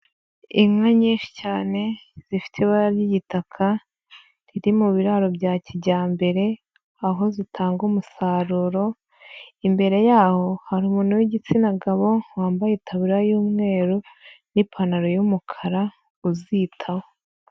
Inka nyinshi cyane zifite ibara ry'igitaka. Ziri mu biraro bya kijyambere, aho zitanga umusaruro. Imbere yaho hari umuntu w'igitsina gabo, wambaye itaburiya y'umweru n'ipantaro y'umukara uzitaho.